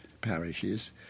parishes